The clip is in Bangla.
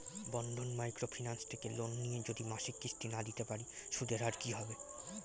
বন্ধন মাইক্রো ফিন্যান্স থেকে লোন নিয়ে যদি মাসিক কিস্তি না দিতে পারি সুদের হার কি হবে?